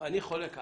שאני חולק עליו.